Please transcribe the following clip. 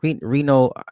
Reno